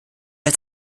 als